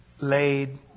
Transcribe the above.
laid